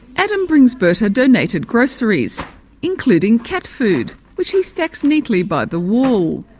adam brings bertha donated groceries including cat food which he stacks neatly by the wall.